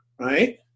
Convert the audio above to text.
right